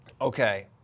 Okay